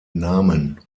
namen